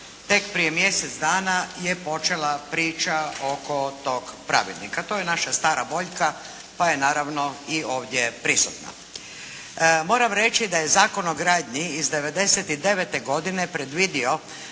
tek prije mjesec dana je počela priča oko tog pravilnika. To je naša stara boljka, pa je naravno i ovdje prisutna. Moram reći da je Zakon o gradnji iz '99. godine predvidio